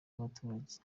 b’abaturage